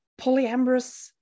polyamorous